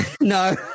No